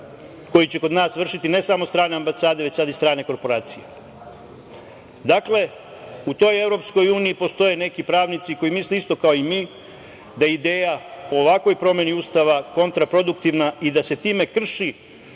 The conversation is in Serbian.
koji će kod nas vršiti ne samo strane ambasade, već sad i strane korporacije. Dakle, u toj EU postoje neki pravnici koji misle kao i mi da je ideja o ovakvoj promeni Ustava kontraproduktivna i da se time krši